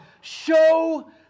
show